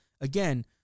Again